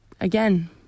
again